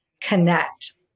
connect